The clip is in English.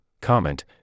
comment